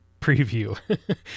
preview